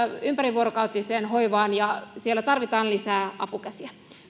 ympärivuorokautiseen hoivaan ja siellä tarvitaan lisää apukäsiä